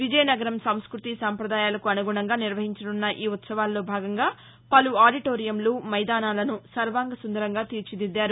విజయనగరం సంస్భృతి సంప్రదాయాలకు అనుగుణంగా నిర్వహించనున్న ఈ ఉత్సవాలలో భాగంగా పలు ఆడిటోరియంలు మైదానాలను సర్వాంగ సుందరంగా తీర్చిదిద్దారు